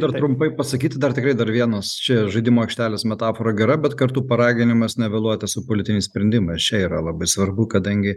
dar trumpai pasakyti dar tikrai dar vienas čia žaidimo aikštelės metafora gera bet kartu paraginimas nevėluoti su politiniais sprendimais čia yra labai svarbu kadangi